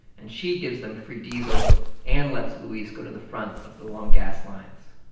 and she gives them free diesel and lets luis go to the front of the long gas lines.